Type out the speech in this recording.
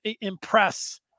impress